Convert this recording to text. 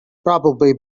probably